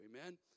Amen